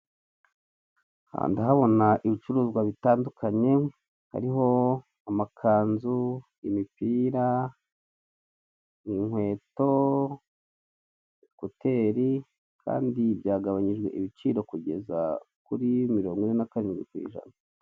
Aha ndahabona ibicuruzwa bitandukanye, hariho, amakanzu, imipira, inkweto, kuteri kandi byagabanyijwe ibiciro kugeza kuri mirongo ine n'akarindwi ku ijana.